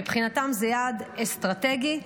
מבחינתם זה יעד אסטרטגי.